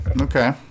Okay